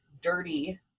dirty